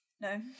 No